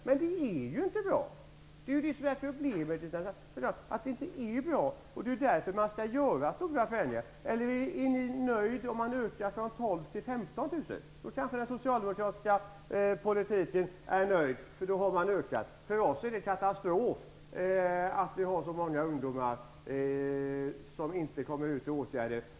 Men det är ju inte bra - det är det som är problemet. Just därför skall man göra stora förändringar. Eller är Socialdemokraterna nöjda om man ökar antalet från 12 000 till 15 000? Om det blir ökningar kanske Socialdemokraterna blir nöjda. För oss moderater är det en katastrof att så många ungdomar inte kommer ut i åtgärder.